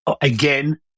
again